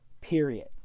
period